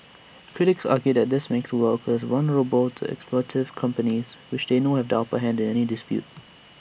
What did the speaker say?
critics argue that this makes workers vulnerable to exploitative companies which they know have the upper hand in any dispute